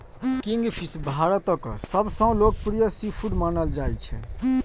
kingfish भारतक सबसं लोकप्रिय सीफूड मानल जाइ छै